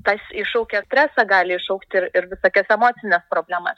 tas iššaukia stresą gali iššaukti ir ir visokias emocines problemas